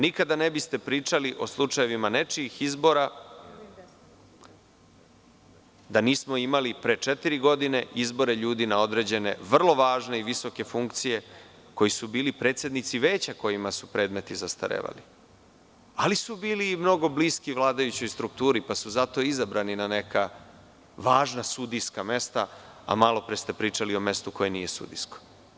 Nikada ne biste pričali o slučajevima nečijih izbora, da nismo imali pre četiri godine izbore ljudi na određene, vrlo važne i visoke funkcije koji su bili predsednici veća, kojima su predmeti zastarevali, ali su bili mnogo bliski vladajućoj strukturi, pa su zato izabrani na neka važna sudijska mesta, a malopre ste pričali o mestu koje nije sudijsko.